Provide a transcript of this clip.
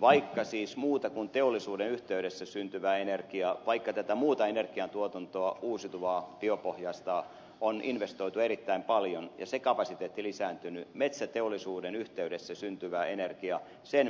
vaikka siis muun energian kuin teollisuuden yhteydessä syntyvän energian tuotantoon uusiutuvan biopohjaisen energian tuotantoon on investoitu erittäin paljon ja se kapasiteetti lisääntynyt metsäteollisuuden yhteydessä syntyvän energian